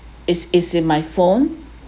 is is in my phone